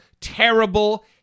terrible